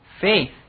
faith